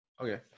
Okay